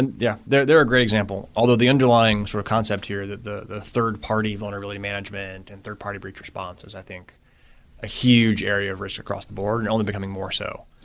and yeah they're they're a great example, although the underlying sort of concept here that the the third-party vulnerability management and third-party breach response is i think a huge area of risk across the board and only becoming more so.